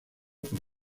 por